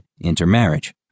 intermarriage